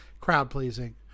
crowd-pleasing